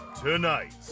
tonight